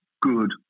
good